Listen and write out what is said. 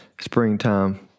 springtime